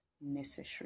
necessary